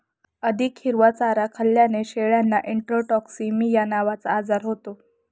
अधिक हिरवा चारा खाल्ल्याने शेळ्यांना इंट्रोटॉक्सिमिया नावाचा आजार होतो